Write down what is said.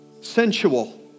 sensual